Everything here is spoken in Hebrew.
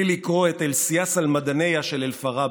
לקרוא את אל-סיאסה אל-מדניה של אל-פאראבי,